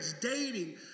dating